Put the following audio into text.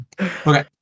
Okay